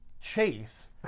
chase